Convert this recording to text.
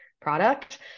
product